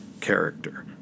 character